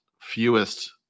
fewest